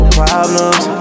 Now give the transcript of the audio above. problems